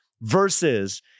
Versus